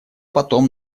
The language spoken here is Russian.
потом